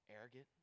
arrogant